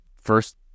first